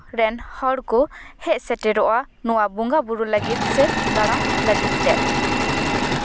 ᱨᱮᱱ ᱦᱚᱲ ᱠᱚ ᱦᱮᱡ ᱥᱮᱴᱮᱨᱚᱜᱼᱟ ᱱᱚᱣᱟ ᱵᱚᱸᱜᱟ ᱵᱳᱨᱳ ᱞᱟᱹᱜᱤᱫ ᱥᱮ ᱫᱟᱬᱟᱱ ᱞᱟᱹᱜᱤᱫ ᱛᱮ